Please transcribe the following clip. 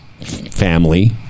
family